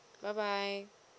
bye bye